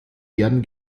werden